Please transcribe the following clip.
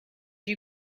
you